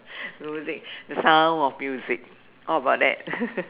music The Sound of Music what about that